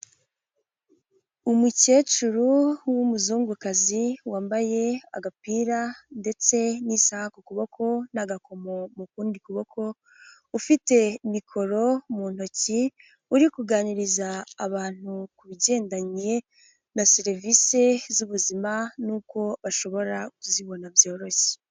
Umukecuru w'umuzungukazi wambaye agapira ndetse n'isaha ku kuboko n'agakomo mu kundi kuboko, ufite mikoro mu ntoki, uri kuganiriza abantu ku bigendanye na serivisi z'ubuzima n'uko bashobora kuzibona byoroshye.